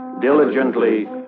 diligently